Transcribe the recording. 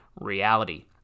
Reality